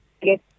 get –